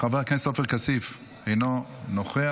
חבר הכנסת עופר כסיף, אינו נוכח,